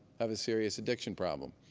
have a serious addiction problem.